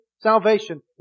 salvation